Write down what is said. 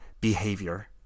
behavior